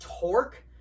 Torque